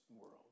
world